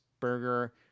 Burger